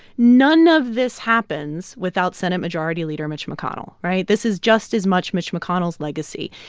none of this happens without senate majority leader mitch mcconnell, right? this is just as much mitch mcconnell's legacy.